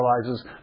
realizes